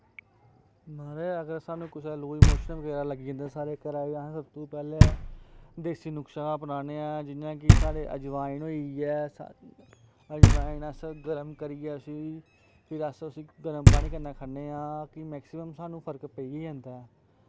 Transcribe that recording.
म्हाराज अगर साह्नू कुसै गी लूज मोशन बगैरा लग्गी जंदे न ते साढ़े घरै च अहें सब तो पैह्लै देस्सी नुक्सा अपनाने आं जि'यां कि साढ़े जवैन होई गेई जवैन अस गर्म करियै उस्सी फिर अस उस्सी गर्म पानी कन्नै खन्ने आं कि मैक्सिमम साह्नू फर्क पेई गै जंदा ऐ